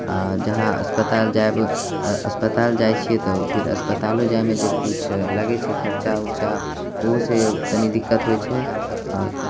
आ जहाँ अस्पताल जाएब अस्पताल जाइत छियै तऽ फिर अस्पतालो जाएमे जे किछु लागैत छै खर्चा ओर्चा ओहि से तनी दिक्कत होएत छै आओर